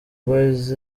boyz